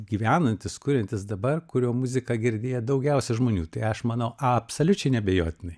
gyvenantis kuriantis dabar kurio muziką girdėję daugiausia žmonių tai aš manau absoliučiai neabejotinai